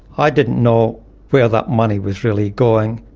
i didn't know where that money was really going.